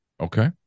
Okay